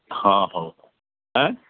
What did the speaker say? ହଁ ହଉ ହେଁ